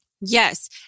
Yes